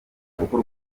gukora